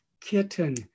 kitten